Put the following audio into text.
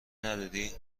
نداری